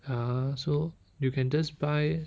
ya so you can just buy